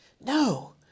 No